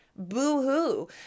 boo-hoo